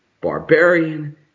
barbarian